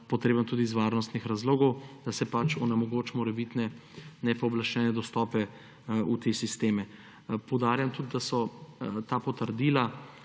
potreben tudi iz varnostnih razlogov, da se onemogoči morebitne nepooblaščene dostope v te sisteme. Poudarjam tudi, da so ta potrdila,